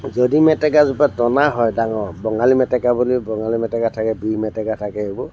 যদি মেটেকাজোপা টনা হয় ডাঙৰ বঙালী মেটেকা বুলি বঙালী মেটেকা থাকে বিহ মেটেকা থাকে সেইবোৰ